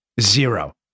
Zero